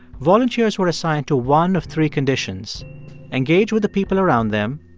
volunteers were assigned to one of three conditions engage with the people around them,